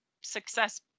success